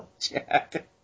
Jack